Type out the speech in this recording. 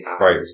Right